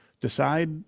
decide